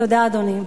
תודה, אדוני.